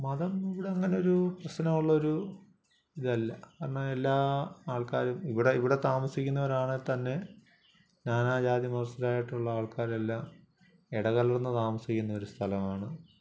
മതം ഇവിടെ അങ്ങനെയൊരു പ്രശ്നമുള്ളൊരു ഇതല്ല കാരണം എല്ലാ ആൾക്കാരും ഇവിടെ ഇവിടെ താമസിക്കുന്നവരാണെങ്കിൽ തന്നെ നാനാ ജാതി മതസ്ഥരായിട്ടുള്ള ആൾക്കാരെല്ലാം ഇടകലർന്ന് താമസിക്കുന്നൊരു സ്ഥലമാണ്